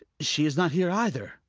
she's not here either.